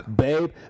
babe